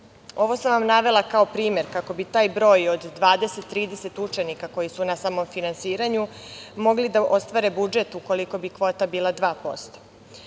sam vam navela kao primer kako bi taj broj od 20-30 učenika koji su na samofinansiranju mogli da ostvare budžet ukoliko bi kvota bila